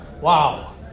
wow